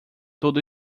tudo